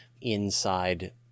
inside